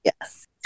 Yes